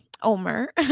Omer